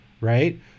right